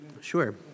Sure